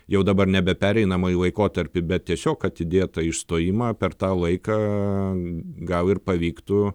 jau dabar nebe pereinamąjį laikotarpį bet tiesiog atidėtą išstojimą per tą laiką gal ir pavyktų